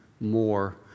more